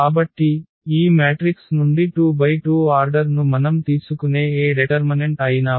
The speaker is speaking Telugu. కాబట్టి ఈ మ్యాట్రిక్స్ నుండి 2×2 ఆర్డర్ను మనం తీసుకునే ఏ డెటర్మనెంట్ అయినా 0